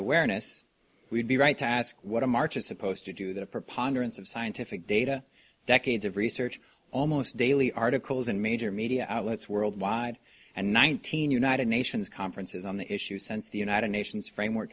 awareness we'd be right to ask what a march is supposed to do the preponderance of scientific data decades of research almost daily articles in major media outlets worldwide and nineteen united nations conferences on the issue since the united nations framework